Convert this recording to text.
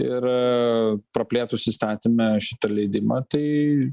ir praplėtus įstatyme šitą leidimą tai